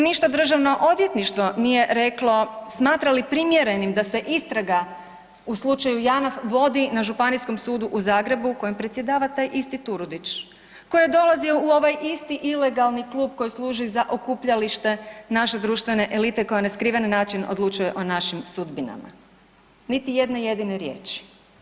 Ništa Državno odvjetništvo nije rekli smatra li primjerenim da se istraga u slučaju Janaf vodi na Županijskom sudu u Zagrebu kojem predsjedava taj isti Turudić, koji je dolazio u ovaj isti ilegalni klub koji služi za okupljalište naše društvene elite koja na skriven način odlučuje o našim sudbinama, niti jedne jedine riječi.